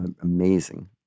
amazing